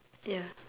ya